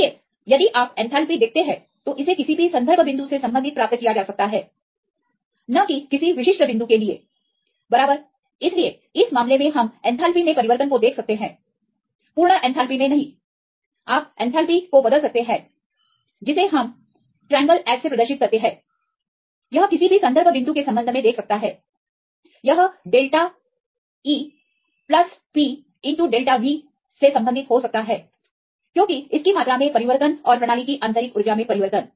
इसलिए यदि आप एथैलेपी देखते हैं तो इसे किसी भी संदर्भ बिंदु से संबंधित प्राप्त किया जा सकता है न कि किसी विशिष्ट बिंदु के लिए बराबर इसलिए इस मामले में हम एथैलेपी में परिवर्तन को देख सकते हैं पूर्ण एथैलेपी में नही आप एथैलेपी को बदल सकते हैं जो △H है यह किसी भी संदर्भ बिंदु के संबंध में देख सकता है यह डेल्टा△ E P△V में संबंधित हो सकता है क्योंकि इसकी मात्रा में परिवर्तन और प्रणाली की आंतरिक ऊर्जा में परिवर्तन